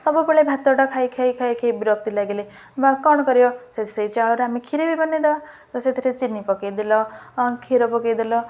ସବୁବେଳେ ଭାତଟା ଖାଇ ଖାଇ ଖାଇ ଖାଇ ବିରକ୍ତି ଲାଗିଲି ବା କ'ଣ କରିବ ସେ ସେଇ ଚାଉଳରେ ଆମେ କ୍ଷୀର ବି ବନାଇଦବା ତ ସେଥିରେ ଚିନି ପକାଇଦେଲ କ୍ଷୀର ପକାଇଦେଲ